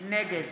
נגד